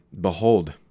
Behold